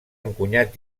encunyat